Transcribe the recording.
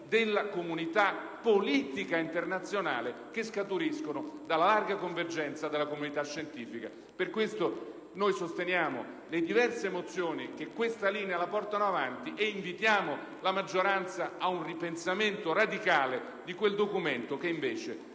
della comunità politica internazionale che scaturiscono dalla larga convergenza della comunità scientifica. Per questo noi sosteniamo le diverse mozioni che portano avanti questa linea e invitiamo la maggioranza a un ripensamento radicale di quel documento che, invece,